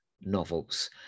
novels